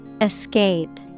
Escape